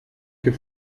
que